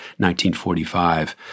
1945